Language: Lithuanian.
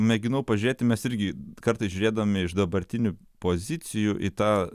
mėginau pažiūrėti mes irgi kartais žiūrėdami iš dabartinių pozicijų į tą